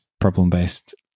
problem-based